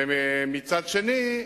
ומצד שני,